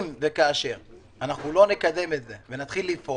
אם וכאשר אנחנו לא נקדם את זה ונתחיל לפעול,